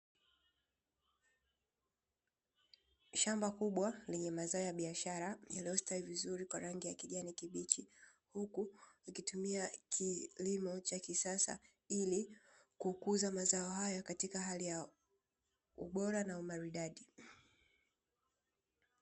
Shamba kubwa lenye mazao ya biashara yaliyostawi vizuri kwa rangi ya kijani kibichi huku ikitumia kilimo cha kisasa ili kukuza mazao hayo katika hali ya ubora na umaridadi.